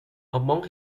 among